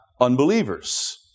unbelievers